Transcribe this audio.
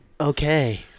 Okay